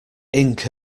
ink